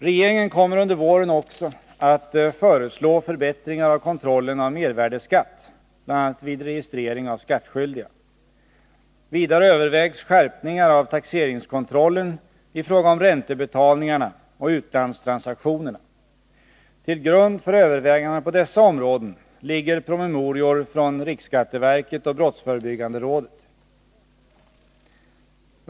Regeringen kommer under våren också att föreslå förbättringar av kontrollen av mervärdeskatt, bl.a. vid registrering av skattskyldiga. Vidare övervägs skärpningar av taxeringskontrollen i fråga om räntebetalningarna och utlandstransaktionerna. Till grund för övervägandena på dessa områden ligger promemorior från riksskatteverket och brottsförebyggande rådet.